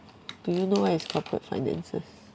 do you know what is corporate finances